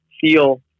feel